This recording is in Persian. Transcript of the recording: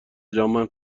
جهان